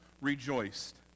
rejoiced